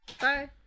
bye